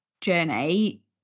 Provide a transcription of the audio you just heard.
journey